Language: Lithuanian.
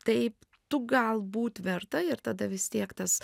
taip tu galbūt verta ir tada vis tiek tas